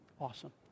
Awesome